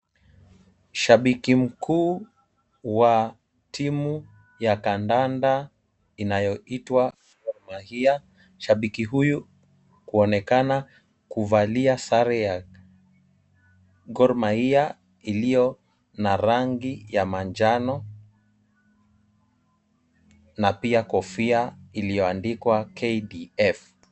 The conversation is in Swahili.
Shabiki mkuu wa timu ya kandanda inayoitwa Gor Mahia, shabiki huyu kuonekana kuvalia sare ya Gor Mahia iliyo na rangi ya manjano, na pia kofia iliyoandikwa KDF.